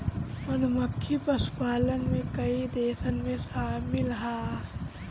मधुमक्खी पशुपालन में कई देशन में शामिल ह